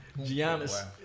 Giannis